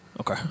Okay